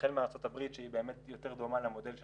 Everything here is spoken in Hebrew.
החל מארצות הברית שהיא באמת יותר דומה למודל של